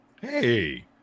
Hey